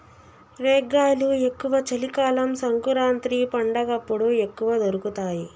రేగ్గాయలు ఎక్కువ చలి కాలం సంకురాత్రి పండగప్పుడు ఎక్కువ దొరుకుతాయి